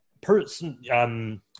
person